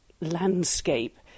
Landscape